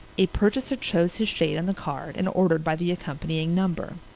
a purchaser chose his shade on the card and ordered by the accompanying number.